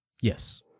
Yes